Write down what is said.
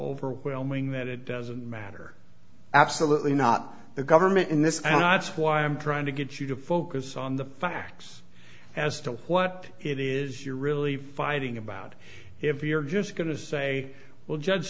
overwhelming that it doesn't matter absolutely not the government in this i'm not why i'm trying to get you to focus on the facts as to what it is you're really fighting about if you're just going to say well judge